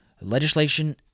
legislation